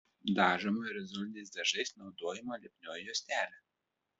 dažoma aerozoliniais dažais naudojama lipnioji juostelė